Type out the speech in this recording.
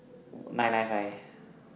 nine nine five